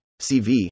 CV